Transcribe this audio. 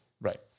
Right